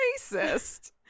racist